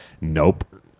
nope